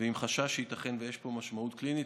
עם חשש שייתכן שיש פה משמעות קלינית.